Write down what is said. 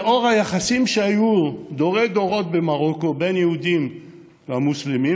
לאור היחסים שהיו מדורי-דורות במרוקו בין יהודים למוסלמים,